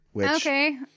Okay